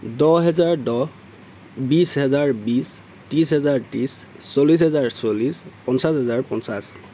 দহ হেজাৰ দহ বিশ হেজাৰ বিশ ত্ৰিছ হেজাৰ ত্ৰিছ চল্লিছ হেজাৰ চল্লিছ পঞ্চাছ হেজাৰ পঞ্চাছ